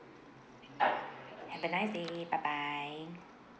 have a nice day bye bye bye